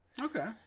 Okay